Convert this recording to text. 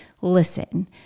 Listen